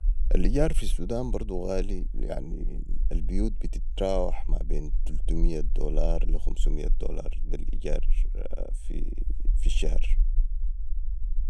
الإيجار في السودان برضو غالي يعني البيوت بتتراوح مابين تلتميه دولار لي خمسميه دولار ده الايجار في الشهر